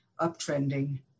uptrending